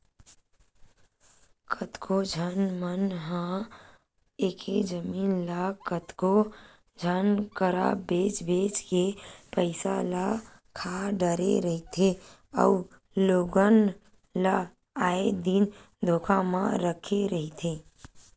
कतको झन मन ह एके जमीन ल कतको झन करा बेंच बेंच के पइसा ल खा डरे रहिथे अउ लोगन ल आए दिन धोखा म रखे रहिथे